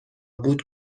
بود